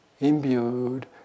imbued